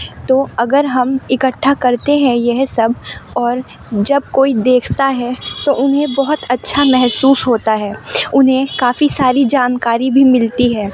تو اگر ہم اکٹھا کرتے ہیں یہ سب اور جب کوئی دیکھتا ہے تو انہیں بہت اچھا محسوس ہوتا ہے انہیں کافی ساری جان کاری بھی ملتی ہے